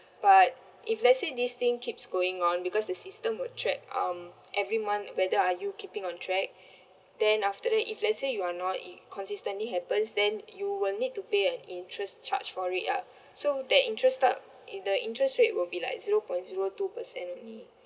but if let's say this thing keeps going on because the system will check um every month whether are you keeping on track then after that if let's say you are not it consistently happens then you will need to pay an interest charge for it lah so that interest start it the interest rate will be like zero point zero two per cent only